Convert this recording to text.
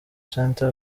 centre